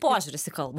požiūris į kalbą